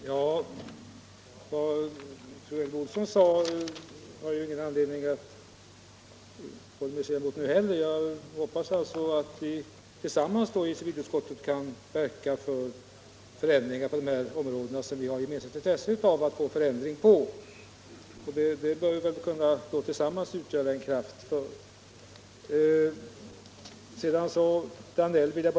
Herr talman! Det som fru Olsson i Hölö sade har jag ingen anledning att polemisera mot nu heller. Jag hoppas att vi tillsammans i civilutskottet kan verka för förändringar på de områden där vi har ett gemensamt intresse att få förändringar till stånd. Vi bör väl tillsammans kunna utgöra en kraft härvidlag.